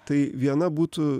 tai viena būtų